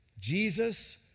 Jesus